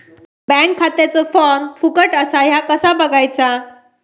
Bank खात्याचो form फुकट असा ह्या कसा बगायचा?